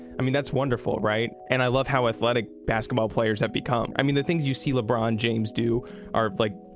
i mean that's wonderful right? and i love how athletic basketball players have become. i mean the things you see lebron james do are like,